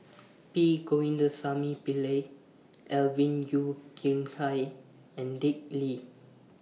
P Govindasamy Pillai Alvin Yeo Khirn Hai and Dick Lee